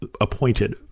appointed